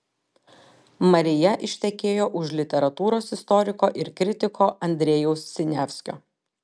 marija ištekėjo už literatūros istoriko ir kritiko andrejaus siniavskio